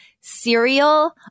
cereal